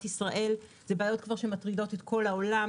ישראל הן בעיות שמטרידות את כל העולם,